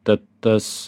tad tas